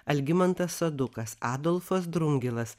algimantas sadukas adolfas drungilas